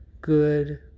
good